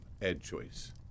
EdChoice